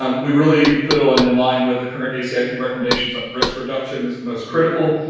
um we really fill and in line with the current acip recommendations that risk reduction is the most critical,